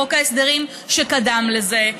בחוק ההסדרים שקדם לזה,